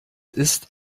ist